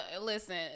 listen